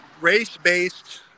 race-based